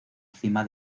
cima